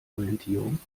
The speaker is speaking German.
orientierung